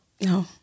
no